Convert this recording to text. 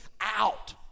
out